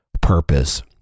purpose